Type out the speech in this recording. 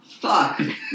Fuck